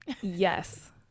Yes